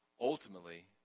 Ultimately